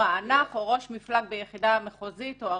רענ"פ או ראש מפלג ביחידה מחוזית או ארצית.